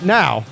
now